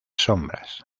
sombras